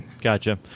Gotcha